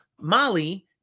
Molly